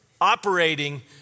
operating